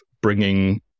bringing